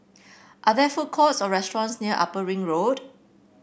are there food courts or restaurants near Upper Ring Road